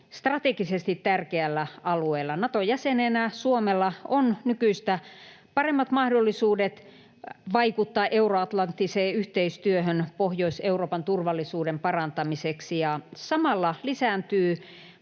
strategisesti tärkeällä alueella. Naton jäsenenä Suomella on nykyistä paremmat mahdollisuudet vaikuttaa euroatlanttiseen yhteistyöhön Pohjois-Euroopan turvallisuuden parantamiseksi, ja samalla lisääntyvät